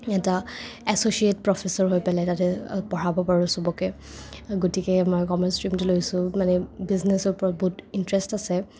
এটা associate professor হৈ পেলাই তাতে পঢ়াব পাৰো সবকে গতিকে মই কমাৰ্চ ষ্ট্ৰীমটো লৈছো মানে বিজনেচৰ ওপৰত বহুত ইণ্টাৰেষ্ট আছে